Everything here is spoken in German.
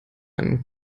einen